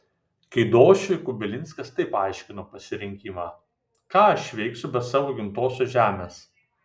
keidošiui kubilinskas taip aiškino pasirinkimą ką aš veiksiu be savo gimtosios žemės